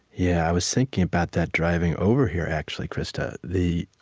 yeah, i was thinking about that driving over here, actually, krista. the